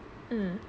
mm